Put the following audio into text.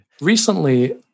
Recently